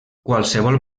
qualsevol